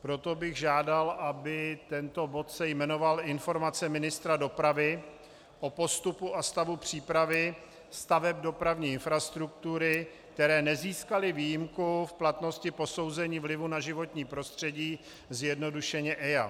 Proto bych žádal, aby se tento bod jmenoval Informace ministra dopravy o postupu a stavu přípravy staveb dopravní infrastruktury, které nezískaly výjimku v platnosti posouzení vlivu na životní prostředí, zjednodušeně EIA.